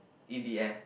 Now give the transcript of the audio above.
in the air